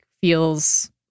feels